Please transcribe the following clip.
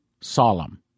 solemn